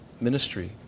ministry